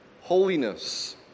holiness